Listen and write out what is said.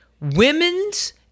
Women's